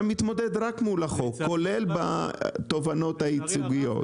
אתה מתמודד רק מול החוק כולל בתובענות הייצוגיות.